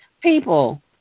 people